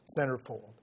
centerfold